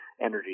energy